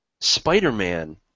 Spider-Man